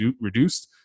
reduced